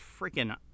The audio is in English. freaking